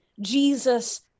Jesus